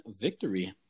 victory